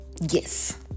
Yes